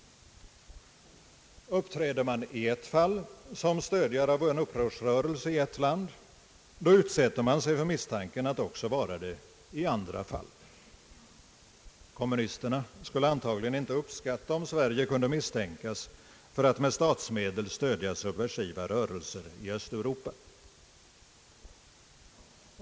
Uppträder man i ett fall som stödjare av en upprorsrörelse i ett land utsätter man sig för misstanken att också vara det i andra fall. Kommunisterna skulle antagligen inte uppskatta om Sverige kunde misstänkas att med statsmedel stödja subversiva rörelser i Östeuropa.